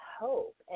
hope